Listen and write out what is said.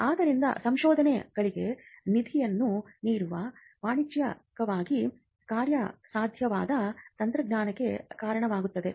ಆದ್ದರಿಂದ ಸಂಶೋಧನೆಗಳಿಗೆ ನಿಧಿಯನ್ನು ನೀಡುವುದು ವಾಣಿಜ್ಯಿಕವಾಗಿ ಕಾರ್ಯಸಾಧ್ಯವಾದ ತಂತ್ರಜ್ಞಾನಕ್ಕೆ ಕಾರಣವಾಗುತ್ತದೆ